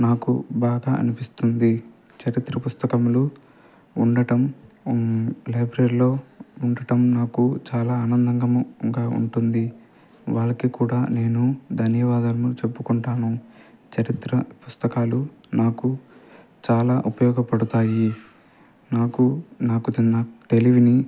నాకు బాగా అనిపిస్తుంది చరిత్ర పుస్తకములు ఉండటం లైబ్రరీలో ఉండటం నాకు చాలా ఆనందంగా ఉంటుంది వాళ్ళకి కూడా నేను ధన్యవాదాములు చెప్పుకుంటాను చరిత్ర పుస్తకాలు నాకు చాలా ఉపయోగపడుతాయి నాకు నాకుతిన్న తెలివిని